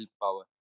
willpower